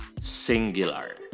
singular